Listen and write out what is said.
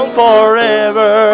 forever